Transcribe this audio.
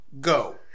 Go